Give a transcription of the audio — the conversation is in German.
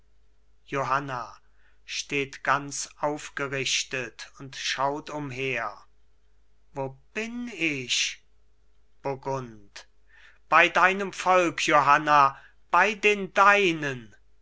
johanna steht ganz aufgerichtet und schaut umher wo bin ich burgund bei deinem volk johanna bei den deinen